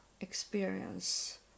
experience